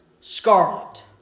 scarlet